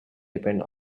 depend